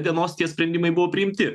dienos tie sprendimai buvo priimti